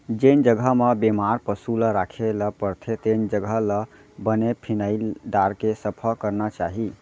जेन जघा म बेमार पसु ल राखे ल परथे तेन जघा ल बने फिनाइल डारके सफा करना चाही